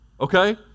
Okay